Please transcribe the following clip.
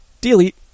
delete